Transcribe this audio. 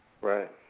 Right